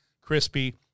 crispy